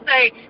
say